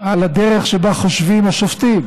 על הדרך שבה חושבים השופטים,